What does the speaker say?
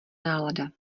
nálada